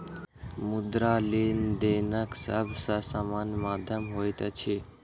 मुद्रा, लेनदेनक सब सॅ सामान्य माध्यम होइत अछि